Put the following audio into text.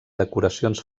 decoracions